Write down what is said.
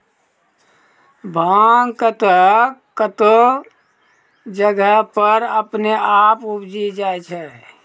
भांग कतौह कतौह जगह पर अपने आप उपजी जाय छै